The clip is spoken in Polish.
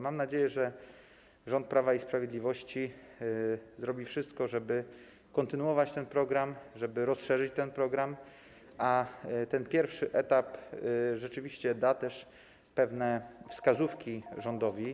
Mam nadzieję, że rząd Prawa i Sprawiedliwości zrobi wszystko, żeby kontynuować ten program, żeby rozszerzyć ten program, a pierwszy etap rzeczywiście da pewne wskazówki rządowi.